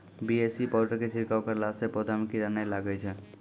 BAC powder के छिड़काव करला से पौधा मे कीड़ा नैय लागै छै?